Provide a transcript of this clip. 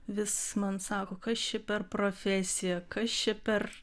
vis man sako kas čia per profesija kas čia per